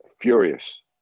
Furious